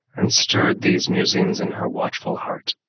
and stirred these musings in her watchful heart